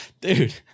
Dude